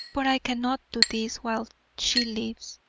but i cannot do this while she lives.